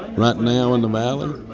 right now in the valley,